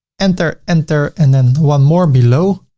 enter, enter and then one more below.